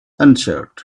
answered